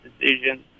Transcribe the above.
decisions